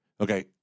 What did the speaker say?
Okay